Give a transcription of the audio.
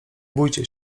bójcie